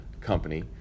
Company